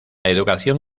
educación